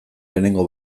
lehenengo